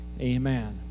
Amen